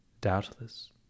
doubtless